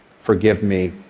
forgive me,